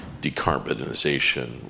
decarbonization